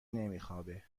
نمیخوابه